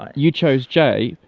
ah you chose j.